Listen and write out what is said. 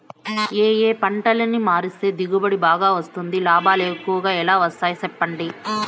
ఏ ఏ పంటలని మారిస్తే దిగుబడి బాగా వస్తుంది, లాభాలు ఎక్కువగా ఎలా వస్తాయి సెప్పండి